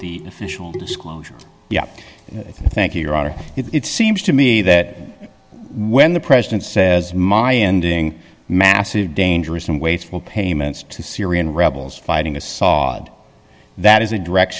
official disclosure yeah thank you your honor it seems to me that when the president says my ending massive dangerous and wasteful payments to syrian rebels fighting assad that is a direct